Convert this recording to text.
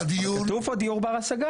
כתוב פה דיור בר השגה.